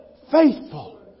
faithful